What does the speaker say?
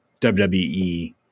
WWE